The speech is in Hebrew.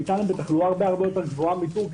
בריטניה בתחלואה הרבה הרבה יותר גבוהה מטורקיה